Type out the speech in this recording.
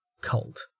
Cult